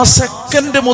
second